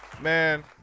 man